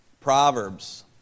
Proverbs